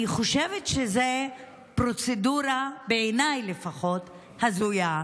בעיניי זאת פרוצדורה הזויה.